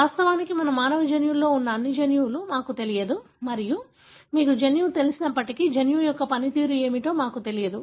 వాస్తవానికి మన మానవ జన్యువులో ఉన్న అన్ని జన్యువులు మాకు తెలియదు మరియు మీకు జన్యువు తెలిసినప్పటికీ జన్యువు యొక్క పనితీరు ఏమిటో మాకు తెలియదు